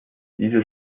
dieses